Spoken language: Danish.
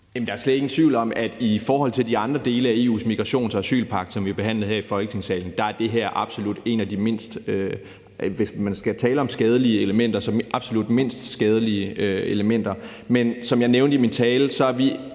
Der er slet ingen tvivl om, at i forhold til de andre dele af EU's migrations- og asylpagt, som vi behandlede her i Folketingssalen, er det her absolut et af de mindst skadelige elementer, hvis man skal tale om skadelige elementer. Men som jeg nævnte i min tale, er vi